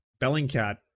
Bellingcat